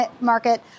market